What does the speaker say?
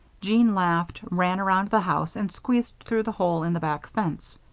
jean laughed, ran around the house, and squeezed through the hole in the back fence.